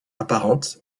apparente